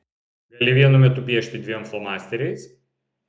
gali vienu metu piešti dviem flomasteriais